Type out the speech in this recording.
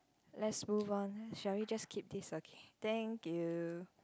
let's move on shall we just keep this okay thank you